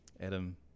Adam